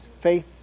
Faith